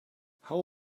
how